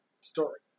story